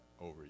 over